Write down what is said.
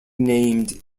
named